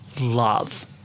love